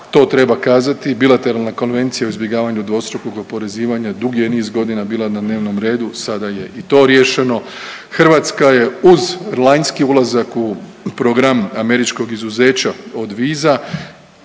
to treba kazati, bilateralna Konvencija o izbjegavanju dvostrukog oporezivanja dugi je niz godina bila na dnevnom redu, sada je i to riješeno. Hrvatska je uz lanjski ulazak u program američko izuzeća od viza